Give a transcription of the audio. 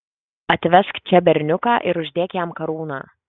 atvesk čia berniuką ir uždėk jam karūną